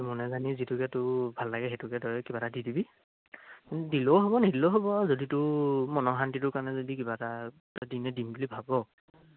মনে জানি যিটোকে তোৰ ভাল লাগে সেইটোকে তই কিবা এটা দি দিবি দিলেও হ'ব নিদিলেও হ'ব যদি তোৰ মনৰ শান্তিটোৰ কাৰণে যদি কিবা এটা এনেই দিম বুলি ভাব